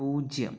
പൂജ്യം